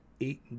eight